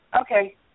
Okay